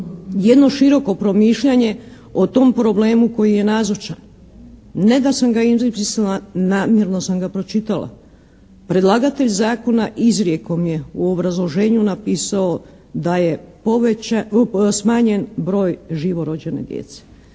jedno široko promišljanje o tom problemu koji je nazočan. Ne da sam ga izmislila, namjerno sam ga pročitala. Predlagatelj zakona izrijekom je u obrazloženju napisao da je smanjen broj živorođene djece.